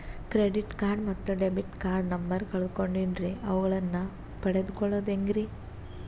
Credit card ಮತ್ತು debit card number ಕಳೆದುಕೊಂಡಿನ್ರಿ ಅವುಗಳನ್ನ ಪಡೆದು ಕೊಳ್ಳೋದು ಹೇಗ್ರಿ?